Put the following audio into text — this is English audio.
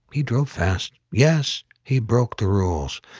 he drove fast, yes, he broke the rules.